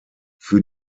für